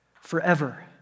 forever